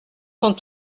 sont